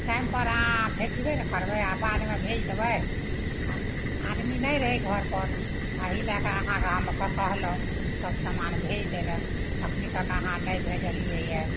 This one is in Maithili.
टाइमपर अहाँ भेजबे नहि करबै आओर बादमे भेजि देबै आदमी नहि रहै घरपर अही लैके अहाँकेँ हम कहलहुँ सब समान भेजि दै ले एखन तक अहाँ नहि भेजलिए यऽ